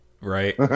Right